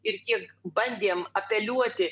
ir kiek bandėm apeliuoti